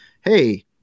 hey